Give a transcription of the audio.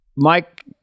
Mike